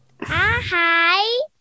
Hi